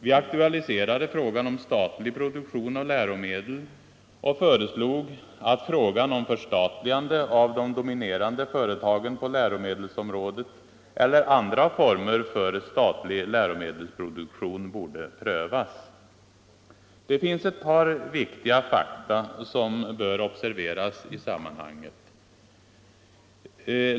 Vi aktualiserade frågan om statlig produktion av läromedel och föreslog att frågan om förstatligande av de dominerande företagen på läromedelsområdet eller andra former för statlig läromedelsproduktion borde prövas. Det finns ett par viktiga fakta som bör observeras i sammanhanget.